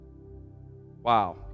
Wow